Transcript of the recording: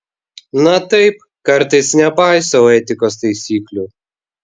na taip kartais nepaisau etikos taisyklių